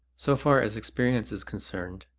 so far as experience is concerned,